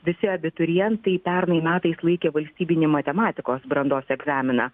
visi abiturientai pernai metais laikė valstybinį matematikos brandos egzaminą